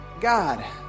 God